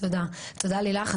תודה לילך.